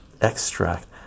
extract